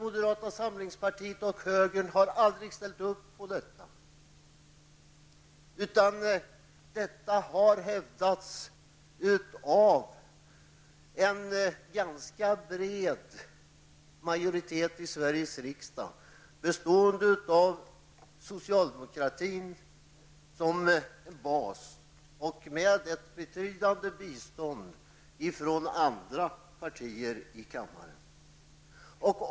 Moderata samlingspartiet och högern har aldrig ställt upp på detta, utan det har hävdats av en ganska bred majoritet i Sveriges riksdag med socialdemokratin som bas och ett betydande bistånd från andra partier i kammaren.